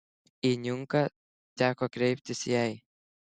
į niunką teko kreiptis jai